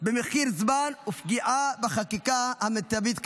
במחיר זמן ובפגיעה בחקיקה המיטבית כאן.